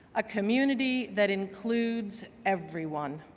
a community that includes everyone.